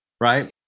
right